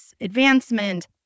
advancement